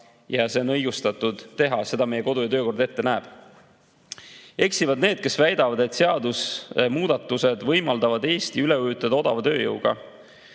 ja see on õigustatud teha, seda meie kodu‑ ja töökord ette näeb. Eksivad need, kes väidavad, et seadusemuudatused võimaldavad Eesti üle ujutada odava tööjõuga.